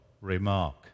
remark